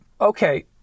Okay